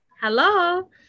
Hello